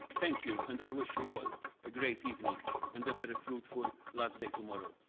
thank you, and i wish you all a great evening, and a very fruitful last day tomorrow.